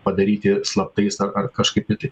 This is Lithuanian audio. padaryti slaptais ar kažkaip kitaip